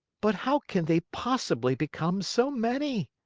but how can they possibly become so many?